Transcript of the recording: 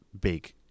big